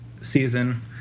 season